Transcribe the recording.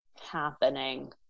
happening